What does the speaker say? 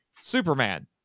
Superman